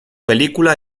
película